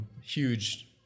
huge